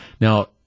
now